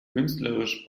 künstlerisch